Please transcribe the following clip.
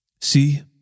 See